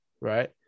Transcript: right